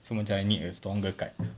so macam I need a stronger card